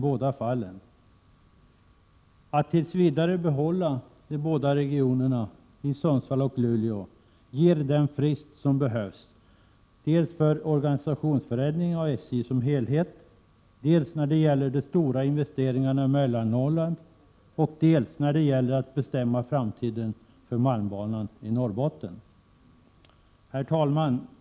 Om man tills vidare behåller regionerna i Sundsvall och Luleå ger det den frist som behövs för organisationsförändringen av SJ som helhet, när det gäller stora investeringar i Mellannorrland och när det gäller att bestämma framtiden för Malmbanan i Norrbotten. Herr talman!